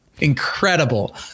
incredible